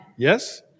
Yes